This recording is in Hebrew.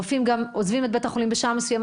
רופאים גם עוזבים את בית החולים בשעה מסוימת